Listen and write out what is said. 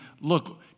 look